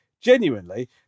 Genuinely